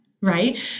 right